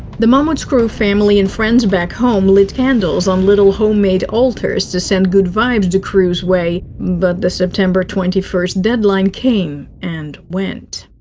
the mammoet crew's family and friends back home lit candles on little homemade altars to send good vibes the crew's way, but the september twenty first deadline came and went.